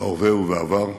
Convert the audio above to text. בהווה ובעבר,